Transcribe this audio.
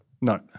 No